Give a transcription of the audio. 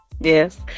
Yes